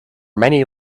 many